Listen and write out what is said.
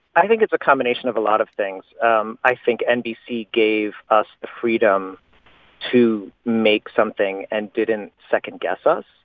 i think it's a combination of a lot of things. um i think nbc gave us the freedom to make something and didn't second-guess us.